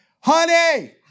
Honey